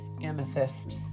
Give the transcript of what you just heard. amethyst